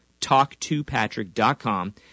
talktopatrick.com